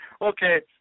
Okay